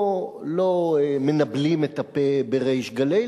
לא מנבלים את הפה בריש גלי,